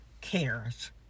cares